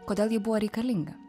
kodėl ji buvo reikalinga